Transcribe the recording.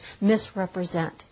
misrepresent